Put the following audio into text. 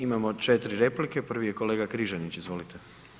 Imamo 4 replike, prvi je kolega Križanić, izvolite.